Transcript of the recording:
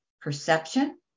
perception